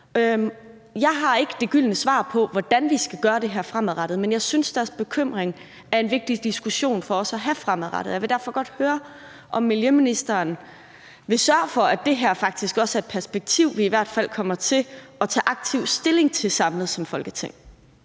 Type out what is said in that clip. Jeg har ikke det gyldne svar på, hvordan vi skal gøre det her fremadrettet, men jeg synes, det er vigtigt for os at have en diskussion om deres bekymring fremadrettet. Jeg vil derfor godt høre, om miljøministeren vil sørge for, at det her faktisk også er et perspektiv, vi i hvert fald kommer til at tage aktiv stilling til samlet som Folketing.